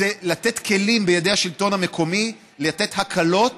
זה לתת כלים בידי השלטון המקומי לתת הקלות